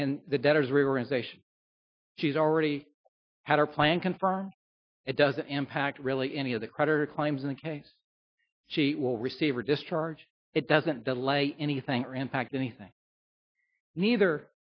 a she's already had her plan confirmed it doesn't impact really any of the creditor claims in the case she will receive or discharge it doesn't delay anything or impact anything neither